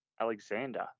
Alexander